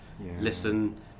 listen